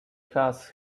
has